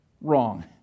wrong